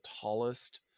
tallest